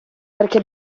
perché